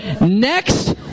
next